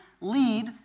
lead